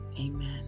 Amen